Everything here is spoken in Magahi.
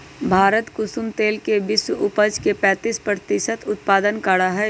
भारत कुसुम तेल के विश्व उपज के पैंतीस प्रतिशत उत्पादन करा हई